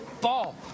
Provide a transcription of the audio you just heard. Ball